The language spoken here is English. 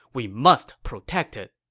we must protect it.